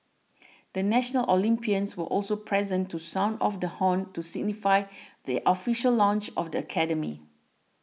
the national Olympians were also present to sound off the horn to signify the official launch of the academy